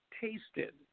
tasted